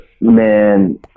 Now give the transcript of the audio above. Man